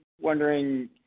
wondering